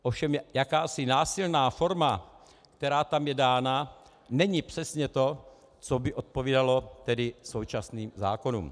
Ovšem jakási násilná forma, která tam je dána, není přesně to, co by odpovídalo současným zákonům.